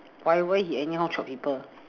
why why he anyhow chop people